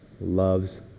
loves